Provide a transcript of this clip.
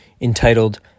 entitled